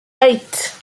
eight